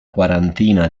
quarantina